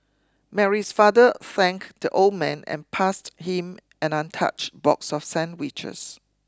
Mary's father thanked the old man and passed him an untouched box of sandwiches